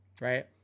Right